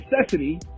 necessity